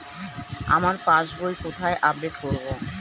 আমার passbook কোথায় update করব?